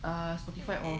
a spotify or